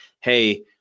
hey